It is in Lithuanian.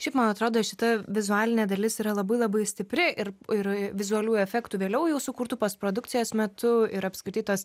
šiaip man atrodo šita vizualinė dalis yra labai labai stipri ir ir vizualių efektų vėliau jau sukurtų postprodukcijos metu ir apskritai tos